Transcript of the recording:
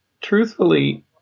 truthfully